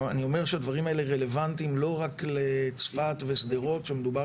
אני אומר שהדברים האלה רלוונטיים לא רק לצפת ושדרות שמדובר